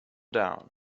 down